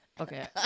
Okay